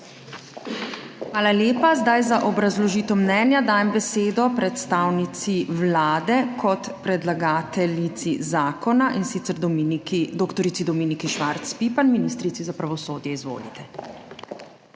Hvala lepa. Zdaj za obrazložitev mnenja dajem besedo predstavnici Vlade kot predlagateljici zakona, in sicer dr. Dominiki Švarc Pipan, ministrici za pravosodje. Izvolite.